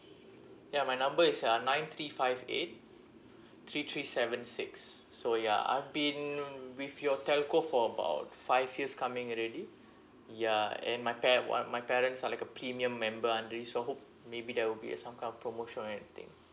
ya my number is uh nine three five eight three three seven six so ya I've been with your telco for about five years coming already ya and my par~ one of my parents are like a premium member under this so I hope maybe there will be uh some kind of promotion or anything